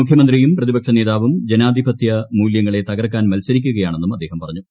മുഖ്യമന്ത്രിയും പ്രതിപക്ഷ നേതാവും ജനാധിപത്യ മൂലൃങ്ങളെ തകർക്കാൻ മത്സരിക്കുകയാണെന്നും അദ്ദേഹം പറഞ്ഞു